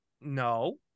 No